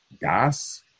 gas